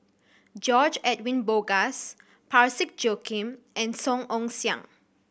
George Edwin Bogaars Parsick Joaquim and Song Ong Siang